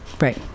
Right